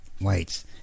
Whites